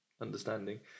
understanding